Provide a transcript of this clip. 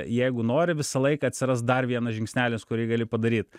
jeigu nori visą laiką atsiras dar vienas žingsnelis kurį gali padaryt